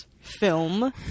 film